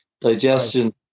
digestion